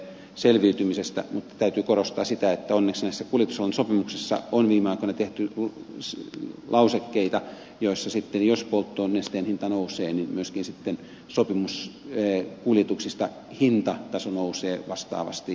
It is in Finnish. mutta täytyy korostaa sitä että onneksi näissä kuljetusalan sopimuksissa on viime aikoina tehty lausekkeita joissa sitten jos polttonesteen hinta nousee niin myöskin sopimuskuljetuksista hintataso nousee vastaavasti